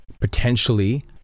potentially